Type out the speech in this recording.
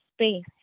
space